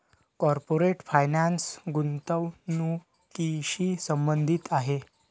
corporate finance गुंतवणुकीशी संबंधित आहे